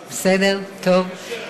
בסדר, טוב.